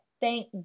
Thank